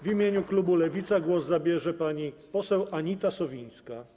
W imieniu klubu Lewica głos zabierze pani poseł Anita Sowińska.